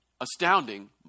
astounding